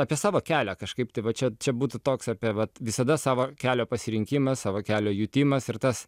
apie savo kelią kažkaip tai va čia čia būtų toks apie vat visada savo kelio pasirinkimas savo kelio jutimas ir tas